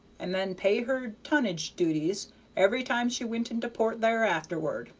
and then pay her tonnage duties every time she went into port there afterward,